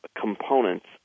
components